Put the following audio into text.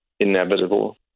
inevitable